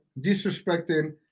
Disrespecting